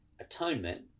atonement